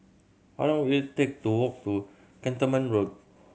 how long will it take to walk to Cantonment Road